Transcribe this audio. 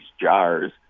jars